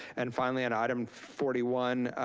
and finally, on item forty one,